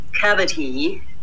cavity